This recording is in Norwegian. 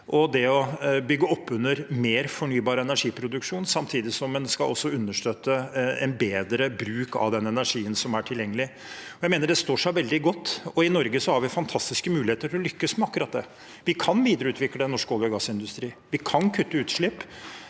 å bygge opp under mer fornybar energiproduksjon, samtidig som en skal understøtte en bedre bruk av den energien som er tilgjengelig. Jeg mener det står seg veldig godt. I Norge har vi fantastiske muligheter for å lykkes med akkurat det. Vi kan videreutvikle norsk olje- og gassindustri, og vi kan kutte utslipp.